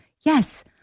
Yes